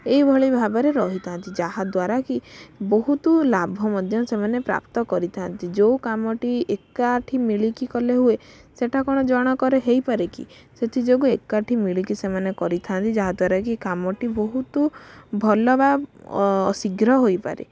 ଏହିଭଳି ଭାବରେ ରହିଥାନ୍ତି ଯାହାଦ୍ଵାରା କି ବହୁତ ଲାଭ ମଧ୍ୟ ସେମାନେ ପ୍ରାପ୍ତ କରିଥାନ୍ତି ଯେଉଁ କାମଟି ଏକାଠି ମିଳିକି କଲେ ହୁଏ ସେଇଟା କ'ଣ ଜଣଙ୍କର ହେଇପାରେ କି ସେଥିଯୋଗୁଁ ଏକାଠି ମିଳିକି ସେମାନେ କରିଥାନ୍ତି ଯାହାଦ୍ଵାରା କି କାମଟି ବହୁତ ଭଲ ବା ଶୀଘ୍ର ହୋଇପାରେ